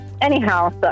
anyhow